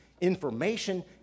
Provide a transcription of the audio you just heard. information